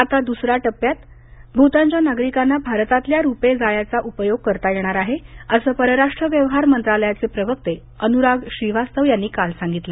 आता दुसऱ्या टप्प्यात भूतानच्या नागरिकांना भारतातल्या रूपे जाळ्याचा उपयोग करता येणार आहे असं परराष्ट्र व्यवहार मंत्रालयाचे प्रवक्ते अनुराग श्रीवास्तव यांनी सांगितलं